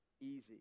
easy